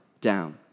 down